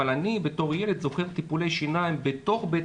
אבל אני בתור ילד זוכר טיפולי שיניים בתוך בית